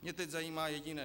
Mě teď zajímá jediné.